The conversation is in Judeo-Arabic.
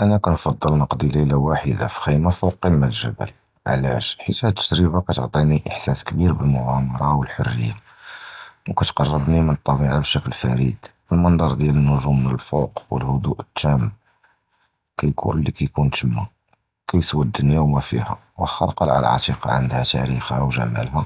אִנַא קִנְפַדַּל נִقְדִּי לֵילָה כַמְלָה פִי חֻ'ימָּה, פוּק קִמַּת ג'בַּל, עַלַאש? חִית הַד תַגְ'רִיבָה קִתְּעַטִּי אִחְסָאס כְבִּיר בַּאִל-מֻגַ'אמַרָה וְאִל-חֻרִיָּה, וְקִתְּקַרְבְּנִי מַע אִל-טַבִיעָה בְּשֻכּוּל פָרִיד. אִל-מַנְצַ'ר דִיַּל אִל-נְגּוּם מַל-פוּק, וְאִל-הֻדוּء אִל-תָּאמּ, אִלִי קִיְקוּן תָּמָּא, קִיְסְוָא אִל-דִּנְיָא וְמָא פִיהָ. וַחְכָּא אִל-קַלְעָה אִל-עַתִיקָה עַנְדְהָא תַארִיכְהָ וְג'מָאלְהָ,